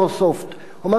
אמר לו: איך אתה יודע?